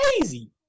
crazy